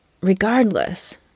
regardless